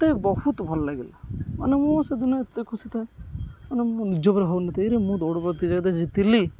ଏତେ ବହୁତ ଭଲ ଲାଗିଲା ମାନେ ମୁଁ ସେଦିନ ଏତେ ଖୁସି ଥାଏ ମାନେ ମୁଁ ନିଜ ଉପରେ ଭାବୁନଥାଏ ଏଇ ମୁଁ ଦୌଡ଼ ପ୍ରତିଯୋଗିତାରେ ଜିତିଲି